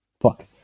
Fuck